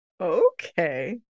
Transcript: Okay